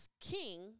King